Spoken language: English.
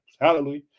hallelujah